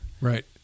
Right